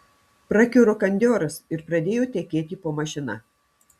prakiuro kandioras ir pradėjo tekėti po mašina